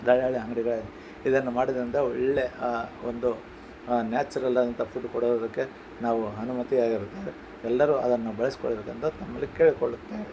ದಳ್ಳಾಳಿ ಅಂಗಡಿಗಳೇ ಇದನ್ನು ಮಾಡೋದರಿಂದ ಒಳ್ಳೇ ಒಂದು ನ್ಯಾಚುರಲ್ ಆದಂಥ ಫುಡ್ ಕೊಡೋದಕ್ಕೆ ನಾವು ಅನುಮತಿ ಆಗಿರುತ್ತೇವೆ ಎಲ್ಲರೂ ಅದನ್ನು ಬಳಸಿಕೊಳ್ಳಬೇಕುಂತ ತಮ್ಮಲ್ಲಿ ಕೇಳಿಕೊಳ್ಳುತ್ತೇನೆ